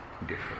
different